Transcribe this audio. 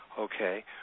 Okay